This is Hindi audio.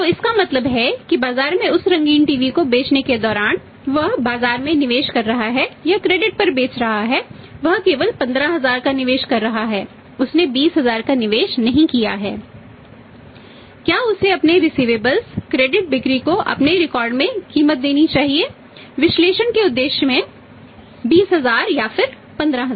तो इसका मतलब है कि बाजार में उस रंगीन टीवी को बेचने के दौरान वह बाजार में निवेश कर रहा है या क्रेडिट में कीमत देनी चाहिए विश्लेषण के उद्देश्य से 20000 या फिर 15000